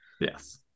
Yes